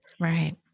Right